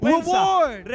Reward